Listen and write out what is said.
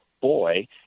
boy